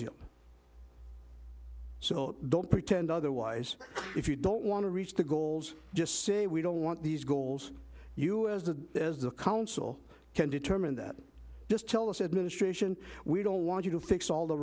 um so don't pretend otherwise if you don't want to reach the goals just say we don't want these goals as the council can determine that just tell us administration we don't want you to fix all the